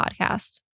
podcast